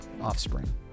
Offspring